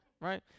right